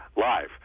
live